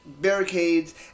barricades